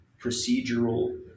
procedural